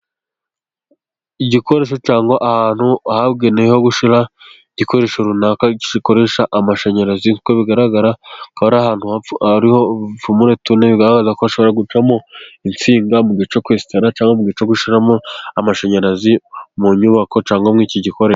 Igikoresho cyangwa ahantu ahabugenewe ho gushyira igikoresho runaka gikoresha amashanyarazi, nk'uko bigaragara hakaba ari ahantu hariho udupfumure tune, ko hashobora gucamo insinga mu gihe cyo kwesitara, cyangwa mu gihe cyo gushiramo amashanyarazi mu nyubako cyangwa iki gikoresho...